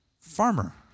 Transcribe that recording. farmer